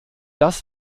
das